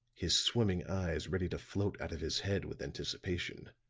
his swimming eyes ready to float out of his head with anticipation.